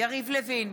יריב לוין,